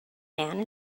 man